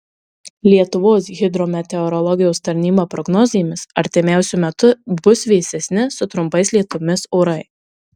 lietuvos hidrometeorologijos tarnyba prognozėmis artimiausiu metu bus vėsesni su trumpais lietumis orai